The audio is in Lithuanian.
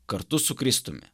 kartu su kristumi